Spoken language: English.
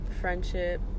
friendship